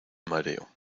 mareo